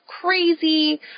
crazy